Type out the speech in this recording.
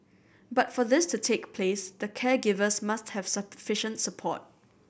but for this to take place the caregivers must have sufficient support